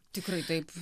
tikrai taip